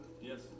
Yes